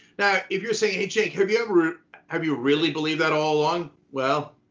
now, if you're saying, hey cenk, have you ever have you really believed that all along? well,